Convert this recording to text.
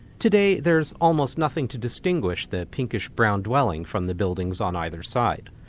today there's almost nothing to distinguish the pinkish brown dwelling from the buildings on either side.